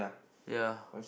ya